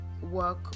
work